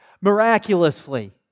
miraculously